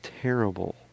terrible